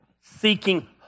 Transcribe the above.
Seeking